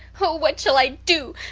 oh, what shall i do?